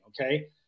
Okay